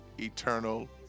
eternal